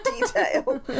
detail